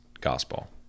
Gospel